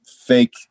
fake